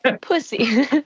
Pussy